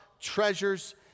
treasures